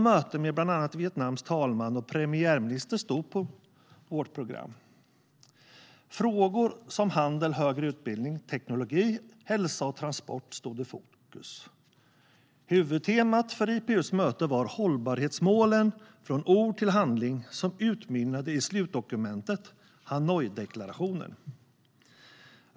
Möten med bland annat Vietnams talman och premiärminister stod på vårt program. Frågor som handel, högre utbildning, teknologi, hälsa och transport stod i fokus. Huvudtemat för IPU:s möte var Hållbarhetsmålen - från ord till handling, vilket utmynnade i slutdokumentet Hanoideklarationen.